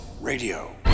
radio